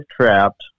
trapped